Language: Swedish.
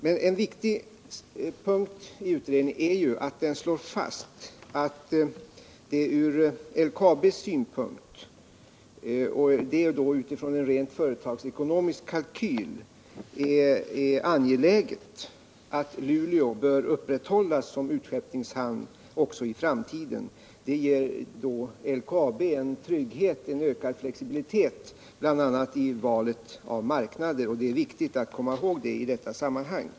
Men en viktig punkt i utredningen är att den slår fast att det från LKAB:s synpunkt är angeläget — då utifrån en rent företagsekonomisk kalkyl — att Luleå upprätthålls som utskeppningshamn också i framtiden. Det ger LKAB en trygghet och en ökad flexibilitet bl.a. i valet av marknader. Den saken är det viktigt att komma ihåg i detta sammanhang.